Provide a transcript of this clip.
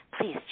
Please